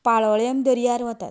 पाळोलें दर्यार वतात